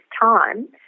time